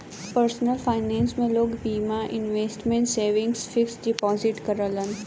personal finance में लोग बीमा, इन्वेसमटमेंट, सेविंग, फिक्स डिपोजिट करलन